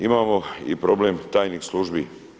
Imamo i problem tajnih službi.